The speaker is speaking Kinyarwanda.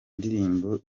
ndirimbo